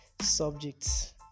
subjects